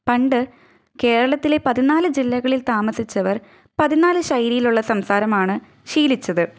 പണ്ട് കേരളത്തിലെ പതിനാല് ജില്ലകളിൽ താമസിച്ചവർ പതിനാല് ശൈലിയിലുള്ള സംസാരമാണ് ശീലിച്ചത്